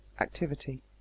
activity